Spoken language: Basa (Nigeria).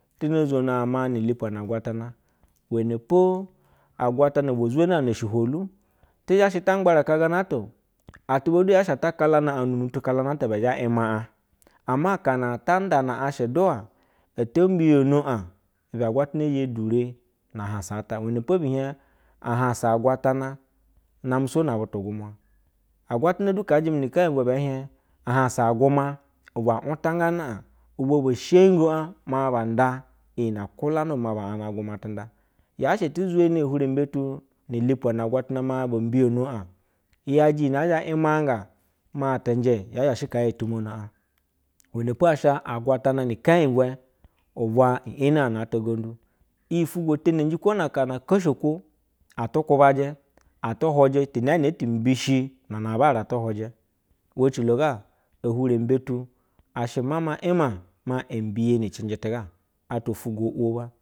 Tu no zwono ma ni ilipwɛ na agwatan iwɛnel po, agwatana ubwa zweni no shihwolu. Ate zha shɛ ta ngbaraka gana ata o. Atuba du yaa she ata kala a-j unu, unu tu kalana ata ibɛ thɛ ima. Ama akana ata ndana shiduwa oto mbiyono. Ibe agwatana zhe dure naahansa ata. Iwene po bi hiej a hansa agwatana name sowj na butu gwumwa. Agwatana du kaa jɛma ni ikenyɛ bwɛ bɛɛ hiɛj, a hansa agwuma ubwo untangane, ubwa bo sheyingo maa ba ndo iyi nɛ kwullane bu maa ba ana agwuna tenda, yaa she eti zweni ehwurembe tu niilipwe na agwatana maa bo mbiyano i yajɛ iyi na ee zhe imaggaga maa ate njɛ yaa zha shɛ kaa o tumono. Iwene po asha agwatana ni-ikenyɛ bwe, ubawa eni una ata ugondu. Iyi fwugwo tenenji kwo na aka na kwoshikwo atu kwubaje, ate hwujɛ, ti inee ne ee ti mbishi na anabare atu hwuje. Iwe ecilo ga, ehwurembe tu ashe mama ina maa embiyeni cenjɛ tuga atwa ufwugwo owo ba.